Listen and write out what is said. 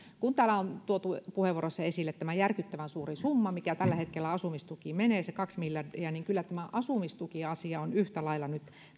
kun täällä on tuotu puheenvuoroissa esille tämä järkyttävän suuri summa mikä tällä hetkellä asumistukiin menee se kaksi miljardia niin kyllä tämä asumistukiasia on yhtä lailla nyt